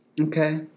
Okay